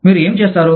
మీరు ఏమి చేస్తారు